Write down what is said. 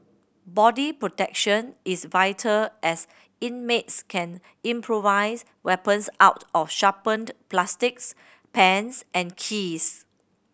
body protection is vital as inmates can improvise weapons out of sharpened plastics pens and keys